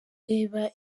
reba